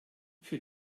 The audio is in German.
für